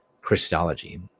Christology